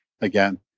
again